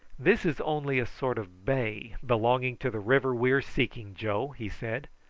this is only a sort of bay belonging to the river we are seeking, joe, he said.